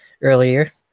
earlier